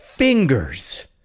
fingers